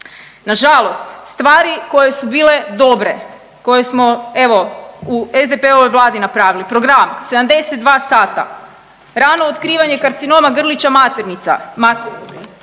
Nažalost stvari koje su bile dobre, koje smo evo u SDP-ovoj Vladi napravili, program 72 sata rano otkrivanje karcinoma grlića maternica, sanacija